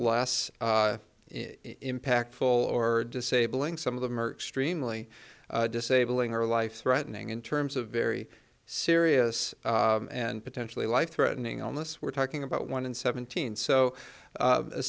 less impactful or disabling some of them are extremely disabling or life threatening in terms of very serious and potentially life threatening illness we're talking about one in seventeen so